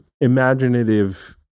imaginative